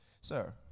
sir